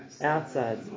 outside